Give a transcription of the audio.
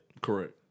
Correct